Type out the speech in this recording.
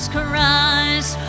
Christ